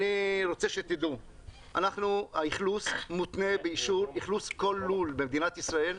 אני רוצה שתדעו: אכלוס כל לול, במדינת ישראל,